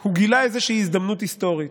הוא גילה איזושהי הזדמנות היסטורית: